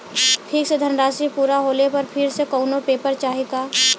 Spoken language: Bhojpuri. फिक्स धनराशी पूरा होले पर फिर से कौनो पेपर चाही का?